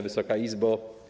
Wysoka Izbo!